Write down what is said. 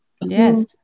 yes